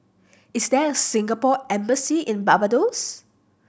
is there a Singapore Embassy in Barbados